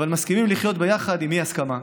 אבל מסכימים לחיות ביחד עם אי-הסכמה.